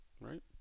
right